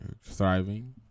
thriving